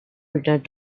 returned